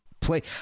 play